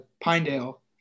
Pinedale